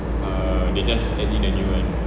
they just add in a new one